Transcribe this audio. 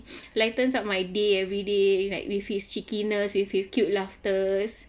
lightens out my day everyday like with his cheekiness like with his cute laughter